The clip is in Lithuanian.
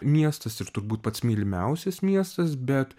miestas ir turbūt pats mylimiausias miestas bet